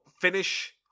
finish